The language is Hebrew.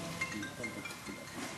הולכת ומתפתחת כאן,